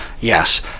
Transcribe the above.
Yes